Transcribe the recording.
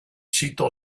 sito